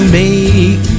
make